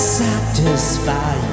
satisfy